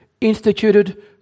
instituted